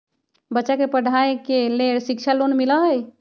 बच्चा के पढ़ाई के लेर शिक्षा लोन मिलहई?